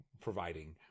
providing